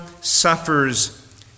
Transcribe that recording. suffers